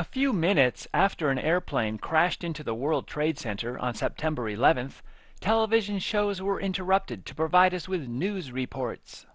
a few minutes after an airplane crashed into the world trade center on september eleventh television shows were interrupted to provide us with news reports